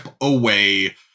away